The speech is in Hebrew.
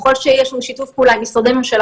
ככל שיש לנו שיתוף פעולה עם משרדי ממשלה